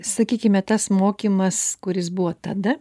sakykime tas mokymas kuris buvo tada